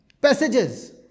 passages